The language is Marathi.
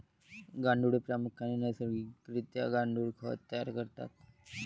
गांडुळे प्रामुख्याने नैसर्गिक रित्या गांडुळ खत तयार करतात